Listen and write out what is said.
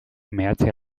meatze